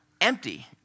empty